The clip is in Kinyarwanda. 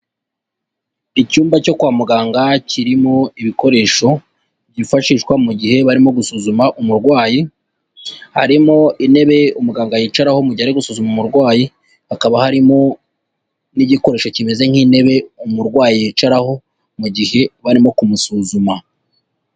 Icyumba cyo kwa muganga kirimo ibikoresho byifashishwa mu gihe barimo gusuzuma umurwayi, harimo intebe umuganga yicararaho mu gihe ari gusuzuma umurwayi, hakaba harimo n'igikoresho kimeze nk'intebe umurwayi yicaraho mu gihe barimo kumusuzuma.